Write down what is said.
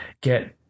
get